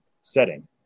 setting